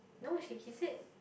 no she he said